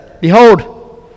Behold